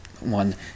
one